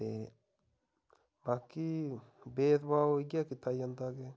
ते बाकी भेदभाव इ'यै कीता जंदा कि